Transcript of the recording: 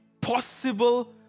possible